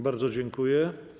Bardzo dziękuję.